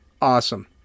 Awesome